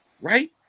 right